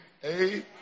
Hey